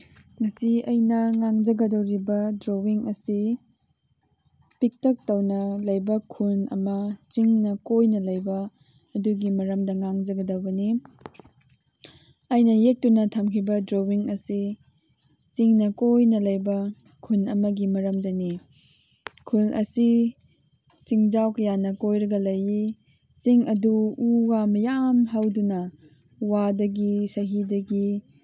ꯉꯁꯤ ꯑꯩꯅ ꯉꯥꯡꯖꯒꯗꯣꯔꯤꯕ ꯗ꯭ꯔꯣꯋꯤꯡ ꯑꯁꯤ ꯄꯤꯛꯇꯛ ꯇꯧꯅ ꯂꯩꯕ ꯈꯨꯟ ꯑꯃ ꯆꯤꯡꯅ ꯀꯣꯏꯅ ꯂꯩꯕ ꯑꯗꯨꯒꯤ ꯃꯔꯝꯗ ꯉꯥꯡꯖꯒꯗꯕꯅꯤ ꯑꯩꯅ ꯌꯦꯛꯇꯨꯅ ꯊꯝꯈꯤꯕ ꯗ꯭ꯔꯣꯋꯤꯡ ꯑꯁꯤ ꯆꯤꯡꯅ ꯀꯣꯏꯅ ꯂꯩꯕ ꯈꯨꯟ ꯑꯃꯒꯤ ꯃꯔꯝꯗꯅꯤ ꯈꯨꯜ ꯑꯁꯤ ꯆꯤꯡꯖꯥꯎ ꯀꯌꯥꯅ ꯀꯣꯏꯔꯒ ꯂꯩꯌꯤ ꯆꯤꯡ ꯑꯗꯨ ꯎ ꯋꯥ ꯃꯌꯥꯝ ꯍꯧꯗꯨꯅ ꯋꯥꯗꯒꯤ ꯁꯍꯤꯗꯒꯤ